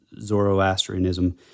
Zoroastrianism